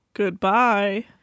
goodbye